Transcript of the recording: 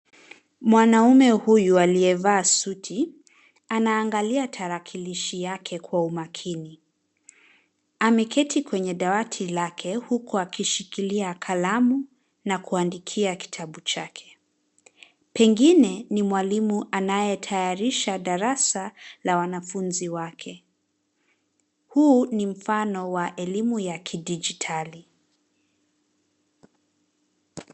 Mwanaume huyu aliyevaa suti anaangalia tarakilishi yake kwa umakini. Ameketi kwenye dawati lake huku akishikilia kalamu na kuandikia kitabu chake pengine ni mwalimu anayetayarisha darasa la wanafunzi wake ,huu ni mfano wa elimu ya kidijitali .